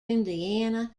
indiana